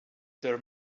there